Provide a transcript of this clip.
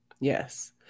yes